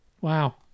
Wow